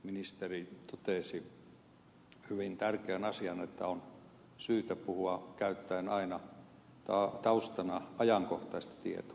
ministeri totesi hyvin tärkeän asian että on syytä puhua käyttäen aina taustana ajankohtaista tietoa